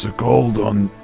ah gold on.